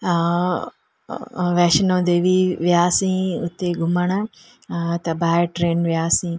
वैष्णो देवी वियासीं उते घुमण त बाई ट्रेन वियासीं